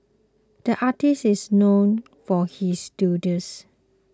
the artist is known for his doodles